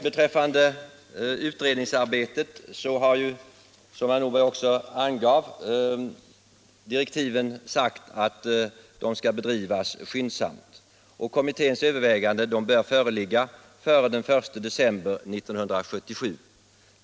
Beträffande utredningsarbetet har, som herr Nordberg också angav, direktiven sagt att det skall bedrivas skyndsamt. Kommitténs övervä 61 ganden bör föreligga före den 1 december 1977.